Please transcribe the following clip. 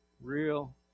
real